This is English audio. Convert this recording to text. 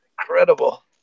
incredible